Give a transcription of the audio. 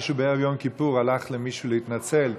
מישהו בערב יום כיפור הלך למישהו להתנצל,